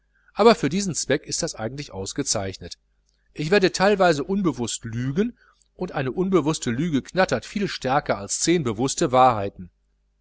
aber für diesen zweck ist das eigentlich ausgezeichnet ich werde teilweise unbewußt lügen und eine unbewußte lüge knattert viel stärker als zehn bewußte wahrheiten